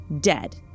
dead